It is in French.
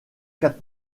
quatre